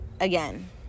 Again